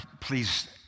please